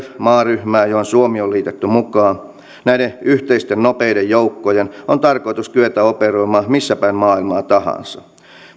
maaryhmää johon suomi on liitetty mukaan näiden yhteisten nopeiden joukkojen on tarkoitus kyetä operoimaan missäpäin maailmaa tahansa